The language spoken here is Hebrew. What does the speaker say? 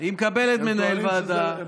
היא מקבלת מנהל ועדה.